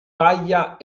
paglia